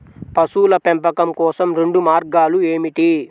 పశువుల పెంపకం కోసం రెండు మార్గాలు ఏమిటీ?